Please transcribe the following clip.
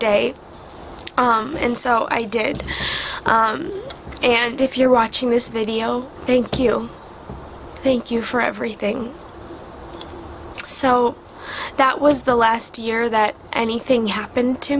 day and so i did and if you're watching this video thank you thank you for everything so that was the last year that anything happened to